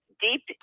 Deep